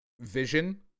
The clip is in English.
Vision